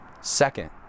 Second